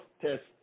test